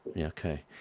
Okay